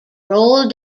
rolled